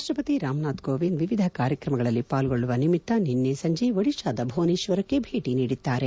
ರಾಷ್ಟ್ರಪತಿ ರಾಮನಾಥ್ ಕೋವಿಂದ್ ವಿವಿಧ ಕಾರ್ಯಕ್ರಮಗಳಲ್ಲಿ ಪಾಲ್ಗೊಳ್ಳುವ ನಿಮಿತ್ತ ನಿನ್ನೆ ಸಂಜೆ ಒದಿಶಾದ ಭುವನೇಶ್ವರಕ್ಕೆ ಭೇಟಿ ನೀಡಿದ್ದಾರೆ